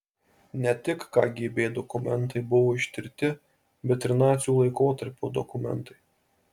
ne tik kgb dokumentai buvo ištirti bet ir nacių laikotarpio dokumentai